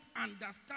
understand